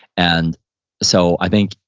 and so, i think